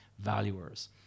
valuers